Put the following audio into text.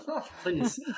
please